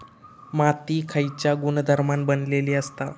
माती खयच्या गुणधर्मान बनलेली असता?